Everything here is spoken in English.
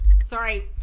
sorry